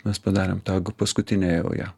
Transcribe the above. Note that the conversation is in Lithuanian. mes padarėm tą paskutinę jau ją